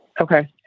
okay